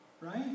right